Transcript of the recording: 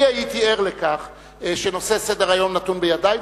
אני הייתי ער לכך שנושא סדר-היום נתון בידי,